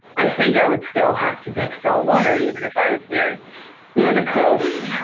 i think i would still have to make saltwater even if i was near near the coast.